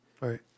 Right